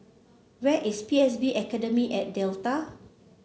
where is P S B Academy at Delta